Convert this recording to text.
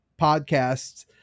podcasts